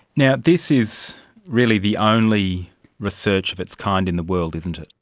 yeah this is really the only research of its kind in the world, isn't it.